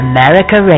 America